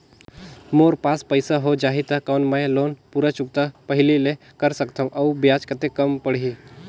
मोर पास पईसा हो जाही त कौन मैं लोन पूरा चुकता पहली ले कर सकथव अउ ब्याज कतेक कम पड़ही?